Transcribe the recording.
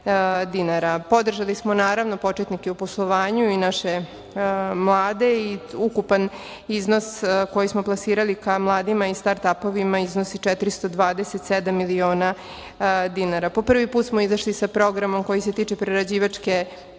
dinara. Podržali smo naravno početnike u poslovanju i naše mlade i ukupan iznos koji smo plasirali ka mladima i star apovima iznosi 427 miliona dinara. Po prvi put smo izašli sa Programom koji se tiče prerađivačke industrije,